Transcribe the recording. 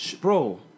bro